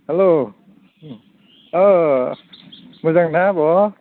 हेल' मोजां ना आब'